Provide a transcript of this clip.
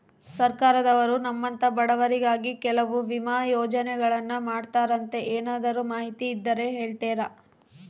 ಸರ್ಕಾರದವರು ನಮ್ಮಂಥ ಬಡವರಿಗಾಗಿ ಕೆಲವು ವಿಮಾ ಯೋಜನೆಗಳನ್ನ ಮಾಡ್ತಾರಂತೆ ಏನಾದರೂ ಮಾಹಿತಿ ಇದ್ದರೆ ಹೇಳ್ತೇರಾ?